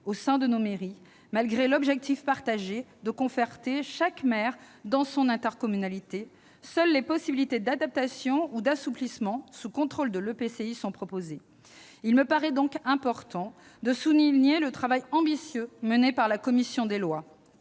au sein de nos mairies, malgré l'objectif partagé de « conforter chaque maire dans son intercommunalité », seules les possibilités d'adaptation ou d'assouplissement sous contrôle de l'EPCI sont proposées. Il me paraît donc important de souligner le travail ambitieux mené par la commission des lois,